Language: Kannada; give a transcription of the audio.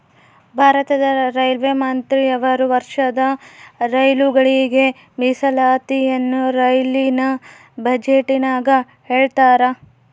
ಭಾರತದ ರೈಲ್ವೆ ಮಂತ್ರಿಯವರು ವರ್ಷದ ರೈಲುಗಳಿಗೆ ಮೀಸಲಾತಿಯನ್ನ ರೈಲಿನ ಬಜೆಟಿನಗ ಹೇಳ್ತಾರಾ